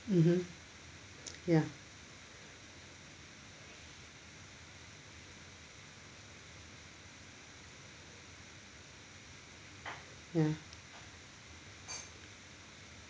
mmhmm ya ya